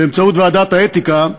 באמצעות ועדת האתיקה,